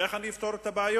איך אני אפתור את הבעיות?